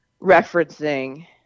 referencing